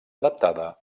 adaptada